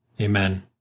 Amen